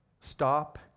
stop